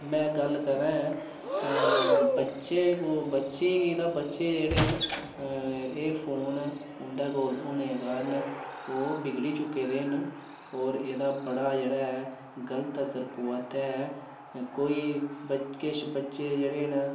में गल्ल करां बच्चे गी तां बच्चे जेह्ड़े न एह् फोन उं'दे कोल होने कारण ओह् बिगड़ी चुके दे न होर एह्दा बड़ा जेहड़ा ऐ गलत असर पोआ दा ऐ कोई किश बच्चे जेह्ड़े न